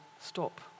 Stop